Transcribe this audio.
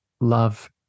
love